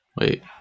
Wait